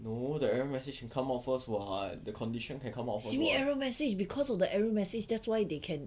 no the error message can come out first [what] the condition can come out